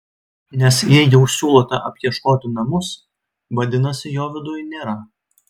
nes jei jau siūlote apieškoti namus vadinasi jo viduj nėra